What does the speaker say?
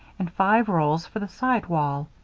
and five rolls for the side wall.